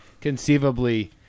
conceivably –